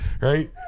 right